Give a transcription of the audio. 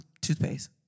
toothpaste